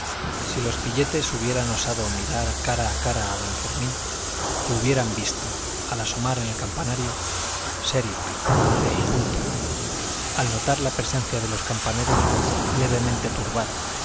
si los pilletes hubieran osado mirar cara a cara a don fermín le hubieran visto al asomar en el campanario serio cejijunto al notar la presencia de los campaneros levemente turbado